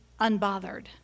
unbothered